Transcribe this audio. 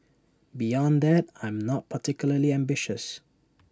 beyond that I am not particularly ambitious